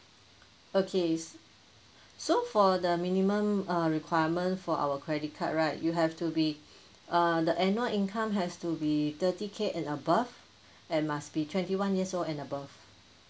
okay s~ so for the minimum err requirement for our credit card right you have to be err the annual income has to be thirty K and above and must be twenty one years old and above